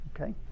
okay